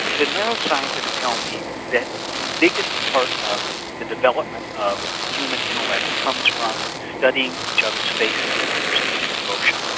the neuroscientists tell me that the biggest part of the development of human intellect comes from studying each other's faces and understanding emotion.